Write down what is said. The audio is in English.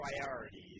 priorities